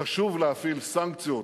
חשוב להפעיל סנקציות,